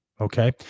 Okay